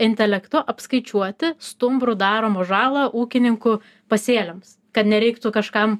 intelektu apskaičiuoti stumbrų daromą žalą ūkininkų pasėliams kad nereiktų kažkam